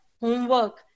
homework